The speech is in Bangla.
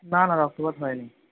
না না না রক্তপাত হয় নি